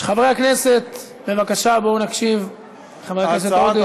חברי הכנסת, בבקשה, בואו נקשיב לחבר הכנסת עודה.